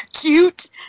Cute